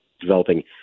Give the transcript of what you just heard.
developing